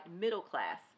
middle-class